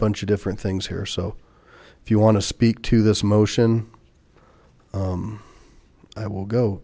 a bunch of different things here so if you want to speak to this motion i will go